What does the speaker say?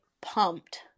pumped